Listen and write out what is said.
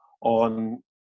on